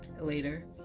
Later